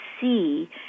see